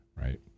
right